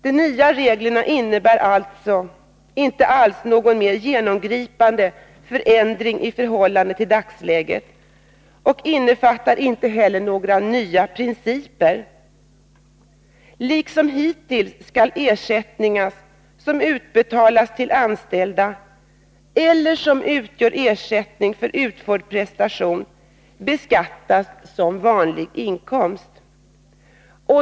De nya reglerna innebär inte alls någon mer genomgripande förändring i förhållande till dagsläget och innefattar inte heller några nya principer. Liksom hittills skall ersättningar som utbetalas till anställda eller som utgör ersättning för utförda prestationer beskattas som vanlig inkomst.